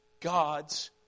God's